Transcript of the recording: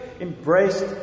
embraced